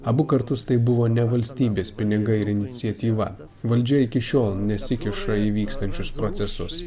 abu kartus tai buvo ne valstybės pinigai ir iniciatyva valdžia iki šiol nesikiša į vykstančius procesus